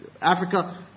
Africa